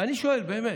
אני שואל, באמת: